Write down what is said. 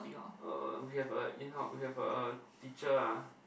uh we have a in house we have a teacher ah